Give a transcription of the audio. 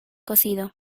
cocido